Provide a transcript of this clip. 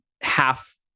half